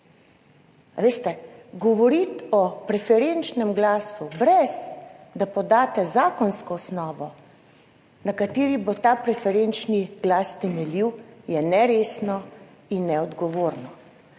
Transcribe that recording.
Veste, govoriti o preferenčnem glasu brez da podate zakonsko osnovo, na kateri bo ta preferenčni glas temeljil, je neresno in neodgovorno.